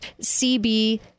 CB